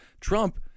Trump